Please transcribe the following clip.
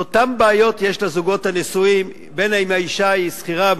אותן בעיות יש לזוגות הנשואים אם האשה היא שכירה,